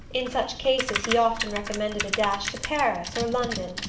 in such cases he often recommended a dash to paris or london,